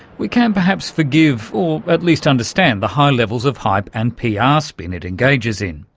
we can perhaps forgive or at least understand the high levels of hype and pr yeah ah spin it engages in.